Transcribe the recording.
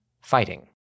Fighting